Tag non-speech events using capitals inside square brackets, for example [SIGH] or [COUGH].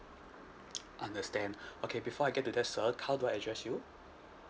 [NOISE] understand okay before I get to that sir how do I address you